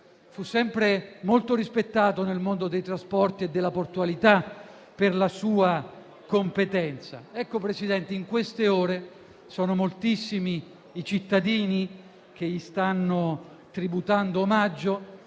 fu sempre molto rispettato nel mondo dei trasporti e della portualità per la sua competenza. Signor Presidente, in queste ore moltissimi sono i cittadini che gli stanno tributando omaggio